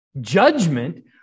Judgment